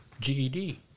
GED